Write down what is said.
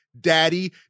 daddy